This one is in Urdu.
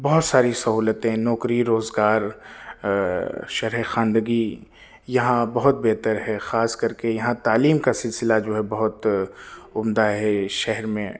بہت ساری سہولتیں نوکری روزگار شرح خواندگی یہاں بہت بہتر ہے خاص کر کے یہاں تعلیم کا سلسلہ جو ہے بہت عمدہ ہے شہر میں